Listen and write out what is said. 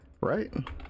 right